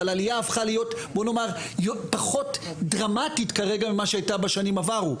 אבל עלייה הפכה להיות פחות דרמטית כרגע ממה שהיתה בשנים עברו.